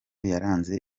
yaranze